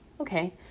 okay